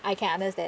I can understand